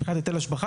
מבחינת היטל השבחה,